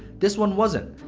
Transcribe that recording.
this one wasn't.